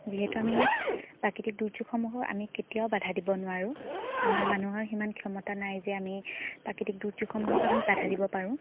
যিহেতু আমি প্ৰাকৃতিক দুৰ্যোগসমূহক আমি কেতিয়াও বাধা দিব নোৱাৰোঁ আমাৰ মানুহৰ সিমান ক্ষমতা নাই যে আমি প্ৰাকৃতিক দুৰ্যোগসমূহক আমি বাধা দিব পাৰোঁ